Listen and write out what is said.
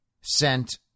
sent